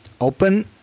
open